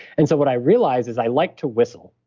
and so what i realized is i like to whistle.